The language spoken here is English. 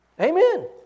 Amen